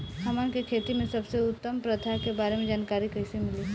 हमन के खेती में सबसे उत्तम प्रथा के बारे में जानकारी कैसे मिली?